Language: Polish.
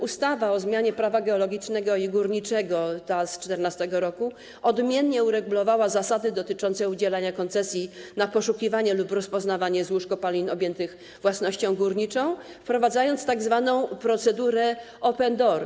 Ustawa o zmianie Prawa geologicznego i górniczego z 2014 r. odmiennie uregulowała zasady dotyczące udzielania koncesji na poszukiwanie lub rozpoznawanie złóż kopalin objętych własnością górniczą, wprowadzając tzw. procedurę open door.